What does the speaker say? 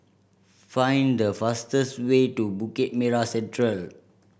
find the fastest way to Bukit Merah Central